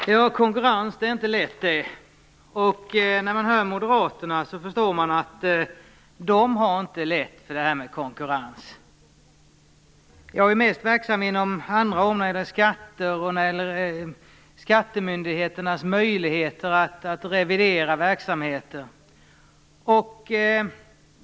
Fru talman! Konkurrens är inte lätt. När man hör moderaterna förstår man att de inte har lätt för det här med konkurrens. Jag är mest verksam inom andra områden, t.ex. skatter och skattemyndigheternas möjligheter att revidera verksamheter.